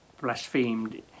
blasphemed